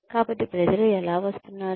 కాబట్టి ప్రజలు ఎలా వస్తున్నారు